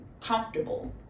comfortable